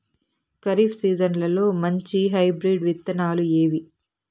ఖరీఫ్ సీజన్లలో మంచి హైబ్రిడ్ విత్తనాలు ఏవి